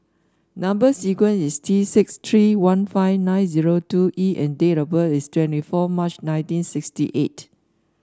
number sequence is T six three one five nine zero two E and date of birth is twenty four March nineteen sixty eight